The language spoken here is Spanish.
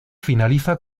finaliza